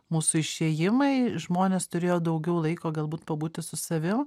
mūsų išėjimai žmonės turėjo daugiau laiko galbūt pabūti su savim